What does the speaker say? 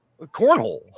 Cornhole